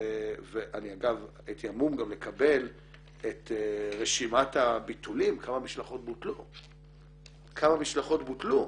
ואני אגב הייתי אמור גם לקבל את רשימת הביטולים כמה משלחות בוטלו.